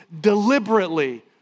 deliberately